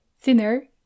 thinner